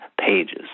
pages